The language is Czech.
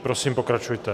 Prosím, pokračujte.